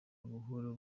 buhoro